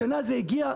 השנה זה הגיע,